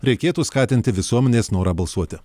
reikėtų skatinti visuomenės norą balsuoti